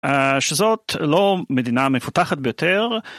שזאת לא מדינה מפותחת ביותר.